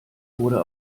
wurde